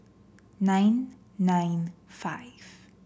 nine nine five